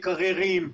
מקררים,